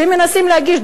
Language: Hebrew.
שהם מנסים להגיש,